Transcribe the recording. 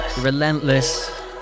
relentless